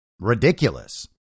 Ridiculous